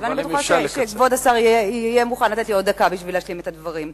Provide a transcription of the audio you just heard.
אני בטוחה שכבוד השר יהיה מוכן לתת לי עוד דקה בשביל להשלים את הדברים.